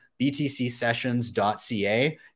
btcsessions.ca